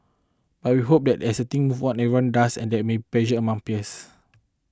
I will hope that as things move on and everyone does and there may pressure among peers